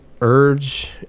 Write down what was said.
urge